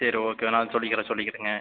சரி ஓகே நான் சொல்லிக்கிறேன் சொல்லிக்கிறேங்க